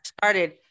started